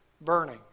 burning